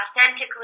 authentically